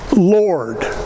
Lord